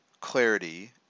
clarity